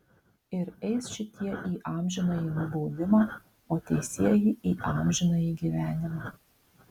ir eis šitie į amžinąjį nubaudimą o teisieji į amžinąjį gyvenimą